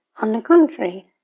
on the contrary,